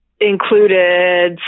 included